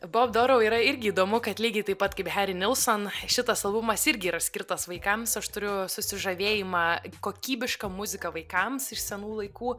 bob dorou yra irgi įdomu kad lygiai taip pat kaip heri nilson šitas albumas irgi yra skirtas vaikams aš turiu susižavėjimą kokybiška muzika vaikams iš senų laikų